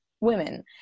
women